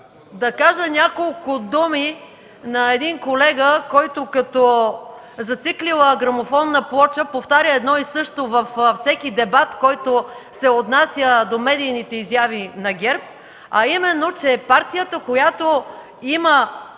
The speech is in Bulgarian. да кажа няколко думи на един колега, който като зациклила грамофонна плоча повтаря едно и също във всеки дебат, който се отнася до медийните изяви на ГЕРБ, а именно, че партията, която има